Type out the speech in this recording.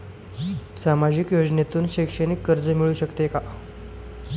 सामाजिक योजनेतून शैक्षणिक कर्ज मिळू शकते का?